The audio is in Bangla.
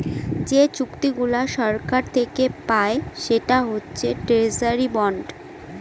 যে চুক্তিগুলা সরকার থাকে পায় সেটা হচ্ছে ট্রেজারি বন্ড